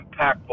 impactful